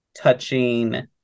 touching